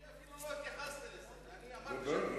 אני אפילו לא התייחסתי לזה, ואני אמרתי,